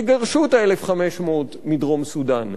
יגרשו את ה-1,500 מדרום-סודן,